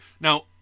Now